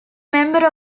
member